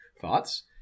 Thoughts